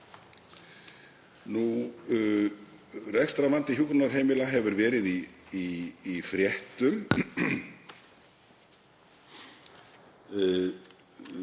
Rekstrarvandi hjúkrunarheimila hefur verið í fréttum.